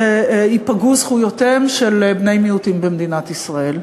ייפגעו זכויותיהם של בני מיעוטים במדינת ישראל.